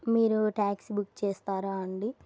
మీరు taxi book చేస్తారా అండి